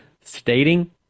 stating